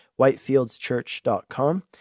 whitefieldschurch.com